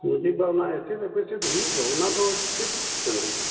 ᱢᱟᱺᱡᱷᱤ ᱵᱟᱵᱟ ᱚᱱᱟ ᱮᱥᱮᱫ ᱮᱯᱮᱥᱮᱫ ᱦᱩᱭᱩᱜ ᱫᱚ ᱚᱱᱟᱫᱚ ᱪᱮᱫ ᱠᱟᱱᱟ ᱱᱟᱦᱟᱜ